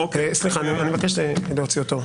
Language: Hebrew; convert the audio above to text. אני מבקש להוציא אותו.